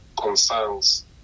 concerns